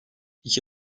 i̇ki